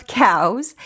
cows